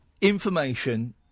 information